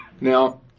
Now